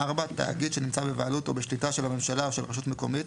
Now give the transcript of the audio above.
תאגיד שנמצא בבעלות או בשליטה של הממשלה או של רשות מקומית,